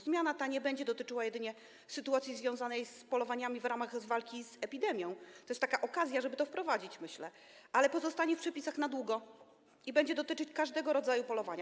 Zmiana ta nie będzie dotyczyła jedynie sytuacji związanej z polowaniami w ramach walki z epidemią - to jest okazja, żeby to wprowadzić, myślę - ale pozostanie w przepisach na długo i będzie dotyczyć każdego rodzaju polowania.